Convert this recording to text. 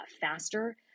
faster